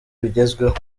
bigezweho